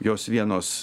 jos vienos